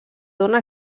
dóna